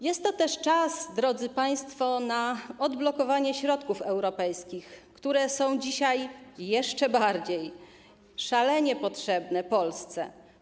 Jest to też czas, drodzy państwo, na odblokowanie środków europejskich, które są dzisiaj jeszcze bardziej, szalenie potrzebne Polsce.